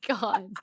God